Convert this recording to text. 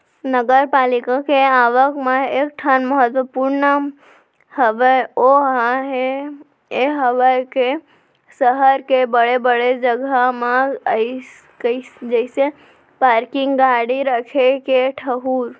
नगरपालिका के आवक म एक ठन महत्वपूर्न हवय ओहा ये हवय के सहर के बड़े बड़े जगा म जइसे पारकिंग गाड़ी रखे के ठऊर